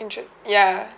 interest ya